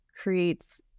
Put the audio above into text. creates